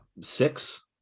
six